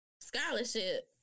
scholarship